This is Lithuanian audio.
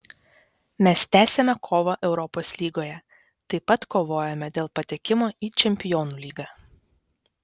mes tęsiame kovą europos lygoje taip pat kovojame dėl patekimo į čempionų lygą